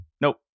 Nope